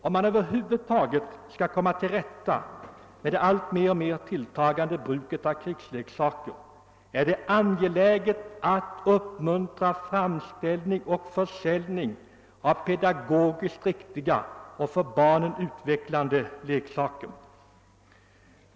Om vi över huvud taget skall komma till rätta med det alltmer tilltagande bruket av krigsleksaker är det angeläget att uppmuntra framställning och försäljning av pedagogiskt riktiga och för barnen utvecklande leksaker.